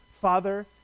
Father